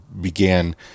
began